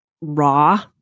raw